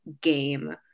game